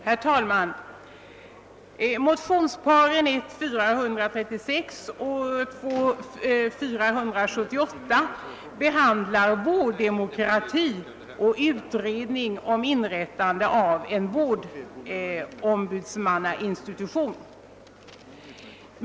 Herr talman! Motionsparet I: 436 och II: 478 behandlar vårddemokratin och frågan om utredning beträffande inrättande av en vårdombudsmannainstitution.